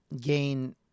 gain